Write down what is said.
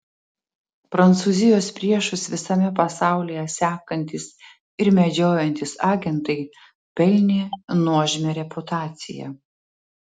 prancūzijos priešus visame pasaulyje sekantys ir medžiojantys agentai pelnė nuožmią reputaciją